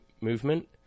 movement